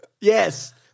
Yes